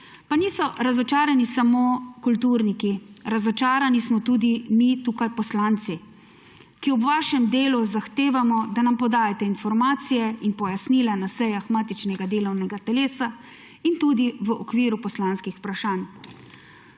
Pa niso razočarani samo kulturniki, razočarani smo tudi mi poslanci, ki ob vašem delu zahtevamo, da nam podajate informacije in pojasnila na sejah matičnega delovnega telesa in tudi v okviru poslanskih vprašanj.